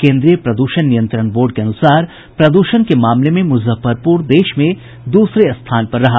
केन्द्रीय प्रद्षण नियंत्रण बोर्ड के अनुसार प्रद्षण के मामले में मुजफ्फरपुर देश भर में दूसरे स्थान पर रहा